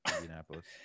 Indianapolis